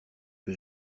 que